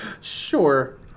Sure